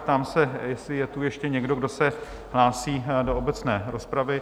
Ptám se, jestli je tu ještě někdo, kdo se hlásí do obecné rozpravy?